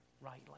rightly